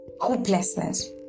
hopelessness